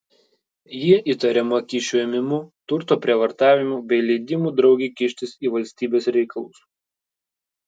ji įtariama kyšių ėmimu turto prievartavimu bei leidimu draugei kištis į valstybės reikalus